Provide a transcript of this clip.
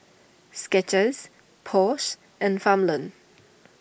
Skechers Porsche and Farmland